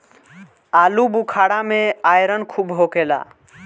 आलूबुखारा में आयरन खूब होखेला